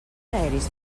aeris